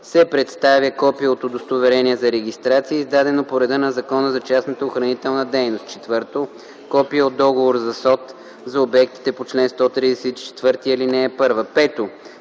се представя копие от удостоверение за регистрация, издадено по реда на Закона за частната охранителна дейност; 4. копие от договор за СОТ за обектите по чл. 134, ал. 1; 5.